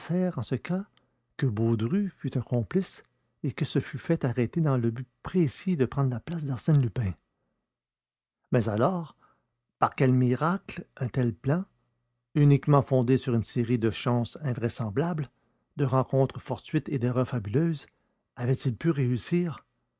en ce cas que baudru fût un complice et qu'il se fût fait arrêter dans le but précis de prendre la place d'arsène lupin mais alors par quel miracle un tel plan uniquement fondé sur une série de chances invraisemblables de rencontres fortuites et d'erreurs fabuleuses avait-il pu réussir